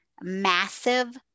massive